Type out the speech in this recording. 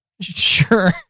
Sure